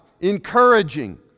encouraging